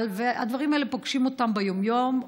הדברים האלה פוגשים אותם ביום-יום,